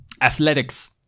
Athletics